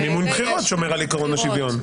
מימון בחירות שומר על עיקרון השוויון.